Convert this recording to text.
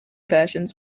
versions